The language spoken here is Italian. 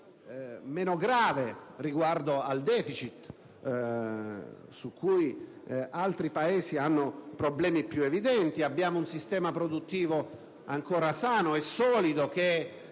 meno grave riguardo al deficit, su cui altri Paesi hanno problemi più evidenti. Abbiamo un sistema produttivo ancora sano e solido, che